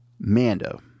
Mando